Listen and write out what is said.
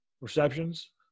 receptions